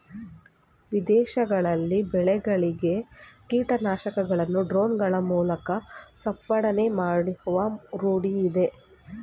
ವಿದೇಶಗಳಲ್ಲಿ ಬೆಳೆಗಳಿಗೆ ಕೀಟನಾಶಕಗಳನ್ನು ಡ್ರೋನ್ ಗಳ ಮೂಲಕ ಸಿಂಪಡಣೆ ಮಾಡುವ ರೂಢಿಯಿದೆ